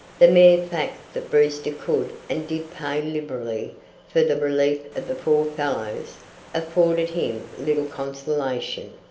the mere fact that brewster could and did pay liberally for the relief of the poor fellows afforded him little consolation.